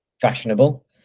fashionable